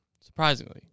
surprisingly